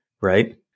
right